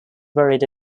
buried